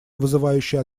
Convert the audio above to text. вызывающе